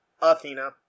Athena